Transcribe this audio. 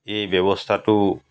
সেই ব্যৱস্থাটো